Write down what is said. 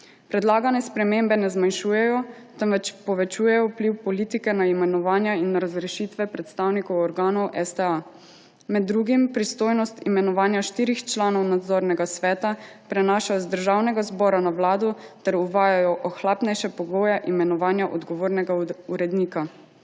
Predlagane spremembe ne zmanjšujejo, temveč povečujejo vpliv politike na imenovanje in razrešitve predstavnikov organov STA, med drugim pristojnost imenovanja štirih članov Nadzornega sveta prenašajo z Državnega zbora na Vlado ter uvajajo ohlapnejše pogoje imenovanja odgovornega urednika.